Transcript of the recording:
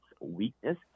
weakness